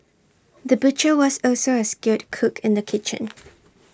the butcher was also A skilled cook in the kitchen